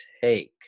take